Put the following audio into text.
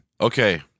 Okay